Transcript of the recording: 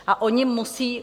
A oni musí...